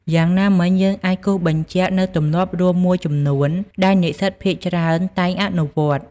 យ៉ាងណាមិញ យើងអាចគូសបញ្ជាក់នូវទម្លាប់រួមមួយចំនួនដែលនិស្សិតភាគច្រើនតែងអនុវត្ត។